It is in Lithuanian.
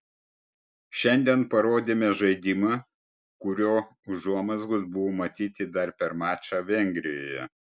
šiandien parodėme žaidimą kurio užuomazgos buvo matyti dar per mačą vengrijoje